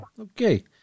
Okay